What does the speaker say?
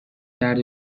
کرد